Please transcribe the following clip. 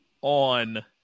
on